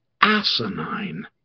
asinine